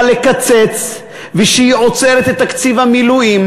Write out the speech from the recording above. לקצץ ושהיא עוצרת את תקציב המילואים,